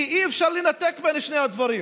כי אי-אפשר לנתק בין שני הדברים.